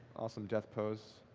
awesome death pose.